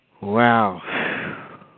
Wow